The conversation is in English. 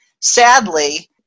Sadly